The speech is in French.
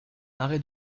arrêt